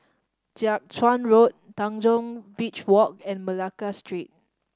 Jiak Chuan Road Tanjong Beach Walk and Malacca Street